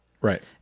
Right